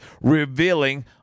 revealing